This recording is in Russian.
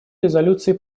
резолюции